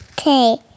Okay